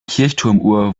kirchturmuhr